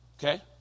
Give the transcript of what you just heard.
Okay